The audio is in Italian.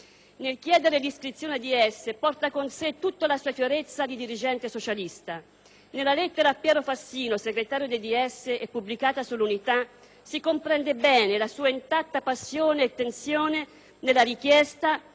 Nel chiedere l'iscrizione ai DS, porta con sé tutta la sua fierezza di dirigente socialista. Nella lettera a Piero Fassino, segretario dei DS, pubblicata su «l'Unità», si comprende bene la sua intatta passione e tensione nella richiesta